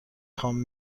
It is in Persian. خوام